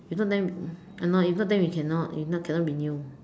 if not then I know if not then we cannot if not cannot renew